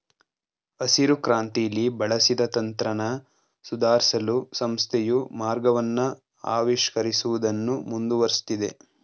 ಹಸಿರುಕ್ರಾಂತಿಲಿ ಬಳಸಿದ ತಂತ್ರನ ಸುಧಾರ್ಸಲು ಸಂಸ್ಥೆಯು ಮಾರ್ಗವನ್ನ ಆವಿಷ್ಕರಿಸುವುದನ್ನು ಮುಂದುವರ್ಸಿದೆ